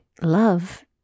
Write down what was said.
love